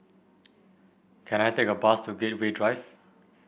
can I take a bus to Gateway Drive